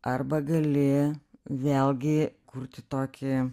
arba gali vėlgi kurti tokį